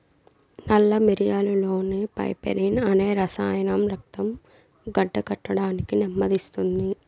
నల్ల మిరియాలులోని పైపెరిన్ అనే రసాయనం రక్తం గడ్డకట్టడాన్ని నెమ్మదిస్తుంది